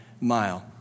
mile